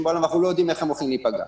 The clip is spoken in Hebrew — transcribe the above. בעולם ואנחנו לא יודעים איך הם הולכים להיפגע.